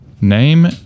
Name